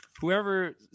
Whoever